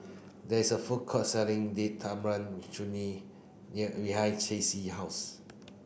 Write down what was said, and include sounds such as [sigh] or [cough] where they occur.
there is a food court selling Date Tamarind Chutney [unintelligible] behind Stacie house